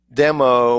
demo